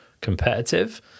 competitive